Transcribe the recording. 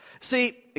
See